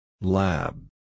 Lab